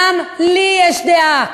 גם לי יש דעה: